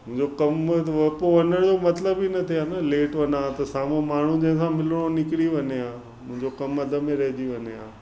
मुंहिंजो कमु हुयो त पोइ वञण जो मतिलबु ई न थिए हा न लेट वञां त साम्हूं माण्हू जंहिंसां मिलिणो हो निकिरी वञे हा मुंहिंजो कमु अधि में रहिजी वञे आहे